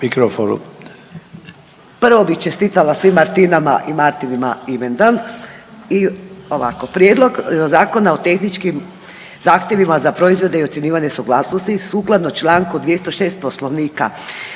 Prvo bi čestitala svim Martina i Martinima imendan i ovako Prijedlog zakona o tehničkim zahtjevima za proizvode i ocjenjivanje suglasnosti sukladno čl. 206. Poslovnika